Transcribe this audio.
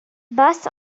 bus